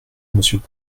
monsieur